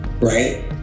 right